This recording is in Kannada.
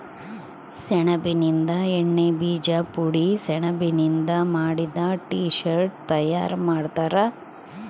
ಸೆಣಬಿನಿಂದ ಎಣ್ಣೆ ಬೀಜ ಪುಡಿ ಸೆಣಬಿನಿಂದ ಮಾಡಿದ ಟೀ ಶರ್ಟ್ ತಯಾರು ಮಾಡ್ತಾರ